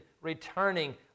returning